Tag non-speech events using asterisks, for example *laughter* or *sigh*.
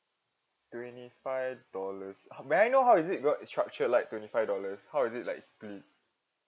twenty five dollars *breath* may I know how is it got structured like twenty five dollar how is it like split